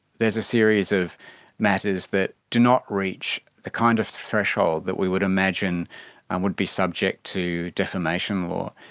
there is a series of matters that do not reach the kind of threshold that we would imagine and would be subject to defamation law.